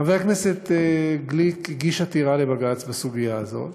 חבר הכנסת גליק הגיש עתירה לבג"ץ בסוגיה הזאת.